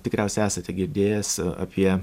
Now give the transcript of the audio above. tikriausiai esate girdėjęs apie